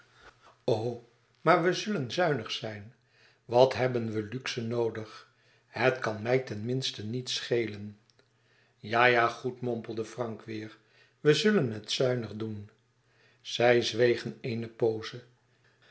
o maar we zullen zuinig zijn wat hebben we luxe noodig het kan mij ten minste niets schelen ja ja goed mompelde frank weêr we zullen het zuinig doen zij zwegen eene pooze